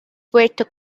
puerto